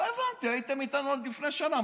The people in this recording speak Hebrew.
לא הבנתי, הייתם איתנו עד לפני שנה.